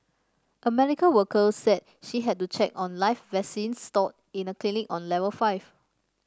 a medical worker said she had to check on live vaccines stored in a clinic on level five